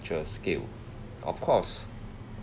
scale of course